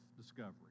discovery